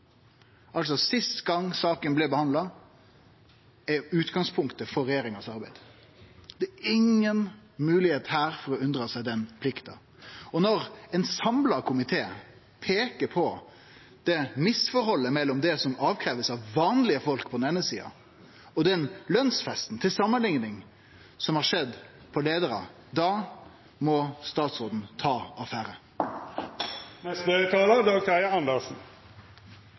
Altså: Siste gongen saka blei behandla, er utgangspunktet for regjeringas arbeid. Det er ingen moglegheit for å unndra seg den plikta. Og når ein samla komité peikar på misforholdet mellom det ein krev av vanlege folk på den eine sida, og den lønsfesten som til samanlikning har skjedd for leiarar på den andre sida, da må statsråden ta